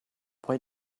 why